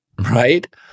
right